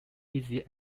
easily